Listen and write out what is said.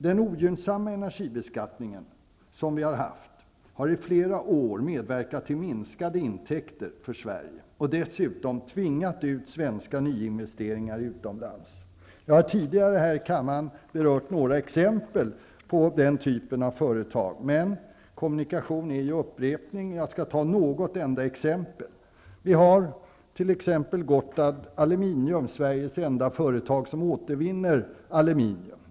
Den ogynnsamma energibeskattning som vi har haft har i flera år medverkat till minskade intäkter för Sverige och dessutom tvingat svenska nyinvesteringar utomlands. Jag har tidigare här i kammaren anfört några exempel på sådana företag, men kommunikation är ju upprepning, så jag skall nämna något enda exempel återigen. Vi har t.ex. Gotthard Aluminium, Sveriges enda företag som återvinner aluminium.